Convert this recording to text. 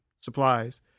supplies